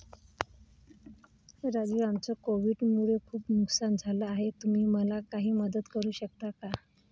राजू आमचं कोविड मुळे खूप नुकसान झालं आहे तुम्ही मला काही मदत करू शकता का?